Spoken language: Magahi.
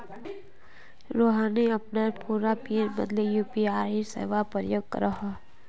रोहिणी अपनार पूरा पिन बदले यू.पी.आई सेवार प्रयोग करोह